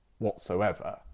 Whatsoever